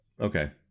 okay